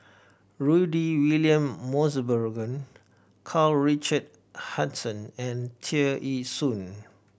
Rudy William Mosbergen Karl Richard Hanitsch and Tear Ee Soon